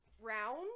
round